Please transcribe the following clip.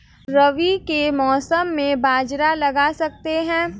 रवि के मौसम में बाजरा लगा सकते हैं?